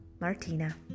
Martina